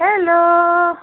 hello